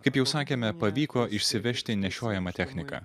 kaip jau sakėme pavyko išsivežti nešiojamą techniką